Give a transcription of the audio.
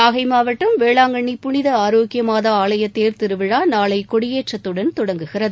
நாகைமாவட்டம் வேளாங்கண்ணி புனிதஆரோக்கியமாதா ஆலய தேர்திருவிழாநாளைகொடியேற்றத்தடன் தொடங்குகிறது